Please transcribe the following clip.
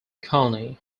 county